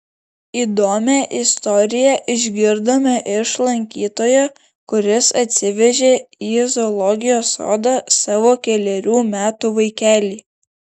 įdomią istoriją išgirdome iš lankytojo kuris atsivežė į zoologijos sodą savo kelerių metų vaikelį